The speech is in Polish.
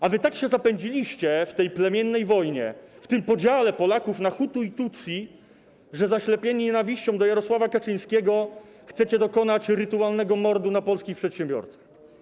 A wy tak się zapędziliście w tej plemiennej wojnie, w tym podziale Polaków na Hutu i Tutsi, że zaślepieni nienawiścią do Jarosława Kaczyńskiego chcecie dokonać rytualnego mordu na polskich przedsiębiorcach.